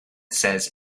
says